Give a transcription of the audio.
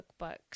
cookbooks